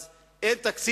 אז אין תקציב,